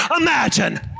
imagine